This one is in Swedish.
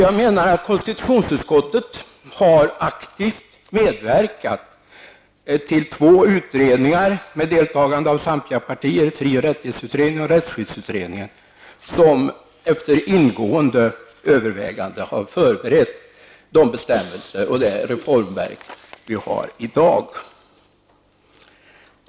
Jag menar att konstitutionsutskottet aktivt har medverkat till två utredningar med deltagande av samtliga partier -- fri och rättighetsutredningen och rättsskyddsutredningen -- som efter ingående överväganden har förberett de bestämmelser och det reformverk vi har i dag.